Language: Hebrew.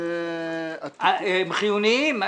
הם חיוניים?